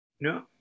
No